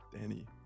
Danny